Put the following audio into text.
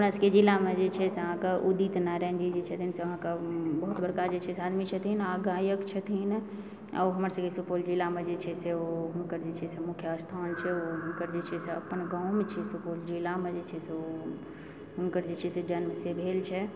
हमरा सबके जिलामे जे छै से अहाँकेँ उदित नारायणजी जे छथिन से अहाँकेँ बहुत बड़का जे छै आदमी छथिन आ गायक छथिन आ ओ हमर सबहक सुपौल जिलामे जे छै से ओ हुनकर जे छै से मुख्य स्थान छै हुनकर जे छै अपन गाँवमे जे छै जिलामे जे छै से ओ हुनकर जे छै जन्म से भेल छनि